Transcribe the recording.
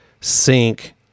sync